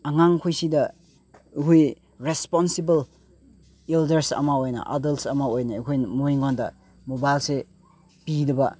ꯑꯉꯥꯡꯈꯣꯏꯁꯤꯗ ꯑꯩꯈꯣꯏ responsible elders ꯑꯃ ꯑꯣꯏꯅ ꯑꯦꯗꯜꯁ ꯑꯃ ꯑꯣꯏꯅ ꯑꯩꯈꯣꯏꯅ ꯃꯣꯏꯉꯣꯟꯗ ꯃꯣꯕꯥꯏꯜꯁꯦ ꯄꯤꯗꯕ